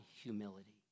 humility